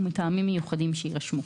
ומטעמים מיוחדים שיירשמו.